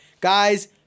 Guys